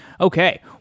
Okay